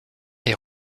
est